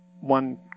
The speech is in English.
one